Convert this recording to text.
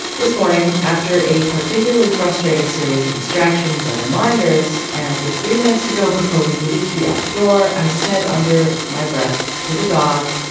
this morning after a particularly frustrating series of distractions and reminders and with three minutes to go before we needed to be out the door, i said under my breath to the dog.